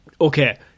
Okay